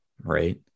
right